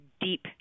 deep